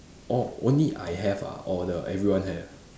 orh only I have ah or the everyone have